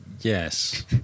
Yes